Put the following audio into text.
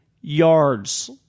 yards